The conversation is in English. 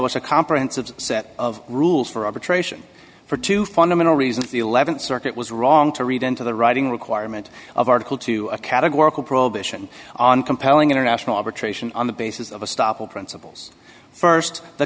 establish a comprehensive set of rules for arbitration for two fundamental reasons the th circuit was wrong to read into the writing requirement of article two a categorical prohibition on compelling international arbitration on the basis of a stop of principles st the